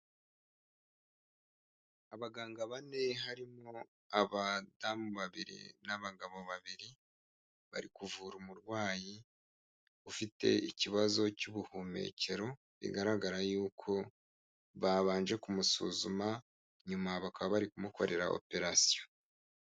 Abaganga bane harimo abadamu babiri n'abagabo babiri, bari kuvura umurwayi ufite ikibazo cy'ubuhumekero, bigaragara yuko babanje kumusuzuma, nyuma bakaba bari kumukorera operasiyo.